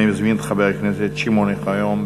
אני מזמין את חבר הכנסת שמעון אוחיון.